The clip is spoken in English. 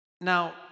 Now